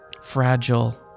fragile